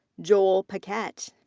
joel paquette.